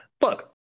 Look